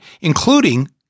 including